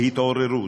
התעוררו,